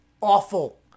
awful